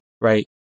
Right